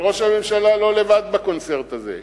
אבל ראש הממשלה לא לבד בקונצרט הזה.